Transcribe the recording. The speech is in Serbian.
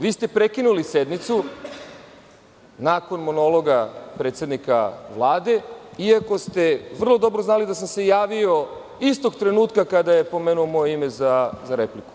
Vi ste prekinuli sednicu nakon monologa predsednika Vlade iako ste vrlo dobro znali da sam se javio istog trenutka kada je pomenuo moje ime za repliku.